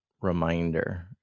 reminder